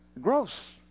gross